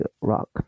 rock